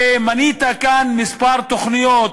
מנית כאן כמה תוכניות,